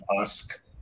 ask